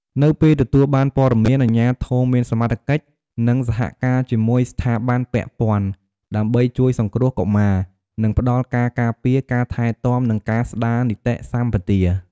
នៅពេលទទួលបានព័ត៌មាន អាជ្ញាធរមានសមត្ថកិច្ចនឹងសហការជាមួយស្ថាប័នពាក់ព័ន្ធ ដើម្បីជួយសង្គ្រោះកុមារ និងផ្ដល់ការការពារ ការថែទាំ និងការស្ដារនីតិសម្បទា។